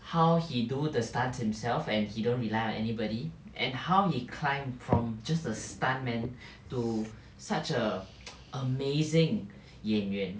how he do the stunts himself and he don't rely on anybody and how he climb from just the stuntman to such a amazing 演员